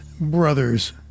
Brothers